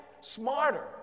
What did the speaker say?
smarter